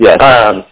yes